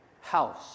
house